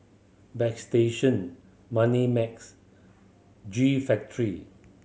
Bagstationz Moneymax G Factory